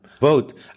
vote